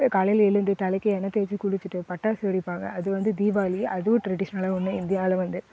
காலையில் எழுந்து தலைக்கு எண்ணெய் தேய்ச்சு குளித்துட்டு பட்டாசு வெடிப்பாங்க அது வந்து தீபாளி அதுவும் ட்ரெடிஷ்னல்லானா ஒன்று இந்தியாவில் வந்து